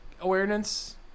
awareness